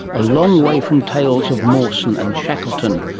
a long way from tales of mawson and shackleton,